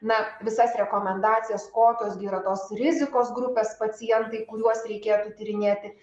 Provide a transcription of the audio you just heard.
na visas rekomendacijas kokios gi yra tos rizikos grupės pacientai kuriuos reikėtų tyrinėti